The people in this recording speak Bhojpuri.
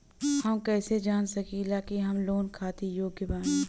हम कईसे जान सकिला कि हम लोन खातिर योग्य बानी?